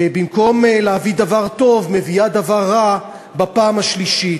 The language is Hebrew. במקום להביא דבר טוב מביאה דבר רע בפעם השלישית.